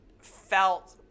felt